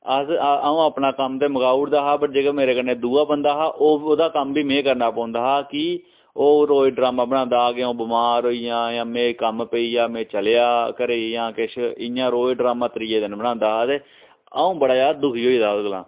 अस आ'ऊं अपना कम्म ते मकाउड़दा हा बट जेह्का मेरे कन्नै दूआ बंदा हा ओह् ओह्दा कम्म बी में करना पौंदा हा कि ओह् रोज़ ड्रामा बनांदा कि आ'ऊं बमार होई गेआं जां में कम्म पेई गेआ में चलेआ घरै ई जां किश इयां रोज़ ड्रामा त्रिये दिन बनांदा हा ते आ'ऊं बड़ा ज्यादा दुखी होई गेदा हा ओह्दे कोला